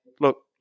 look